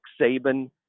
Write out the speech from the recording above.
Saban